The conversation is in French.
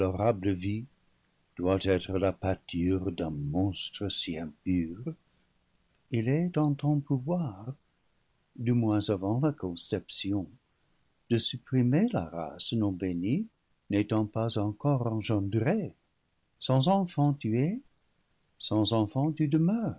être la pâture d'un monstre si impur il est en ton pouvoir du moins avant la conception de supprimer la race non bénie n'étant pas encore engendrée sans enfants tu es sans enfants tu demeures